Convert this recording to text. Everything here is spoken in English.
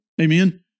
Amen